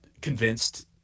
convinced